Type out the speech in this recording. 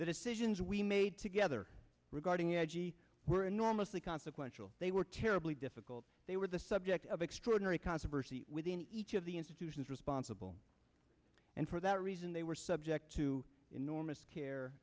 the decisions we made together regarding edgey were enormously consequential they were terribly difficult they were the subject of extraordinary controversy within each of the institutions responsible and for that reason they were subject to enormous care